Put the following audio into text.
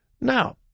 Now